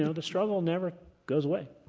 you know the struggle never goes away.